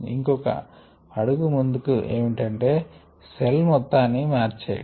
ఇంకొక అడుగు ముందుకు ఏమిటంటే సెల్ మొత్తాన్ని మార్చేయడం